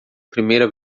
primeira